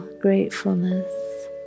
gratefulness